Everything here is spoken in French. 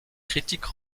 critiques